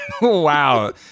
Wow